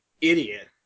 idiot